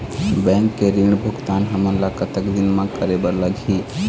Bank के ऋण भुगतान हमन ला कतक दिन म करे बर लगही?